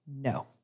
No